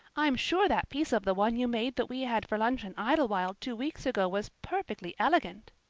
i'm sure that piece of the one you made that we had for lunch in idlewild two weeks ago was perfectly elegant.